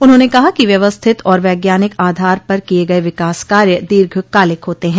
उन्होंने कहा कि व्यवस्थित और वज्ञानिक आधार पर किये गये विकास कार्य दीर्घकालिक होते है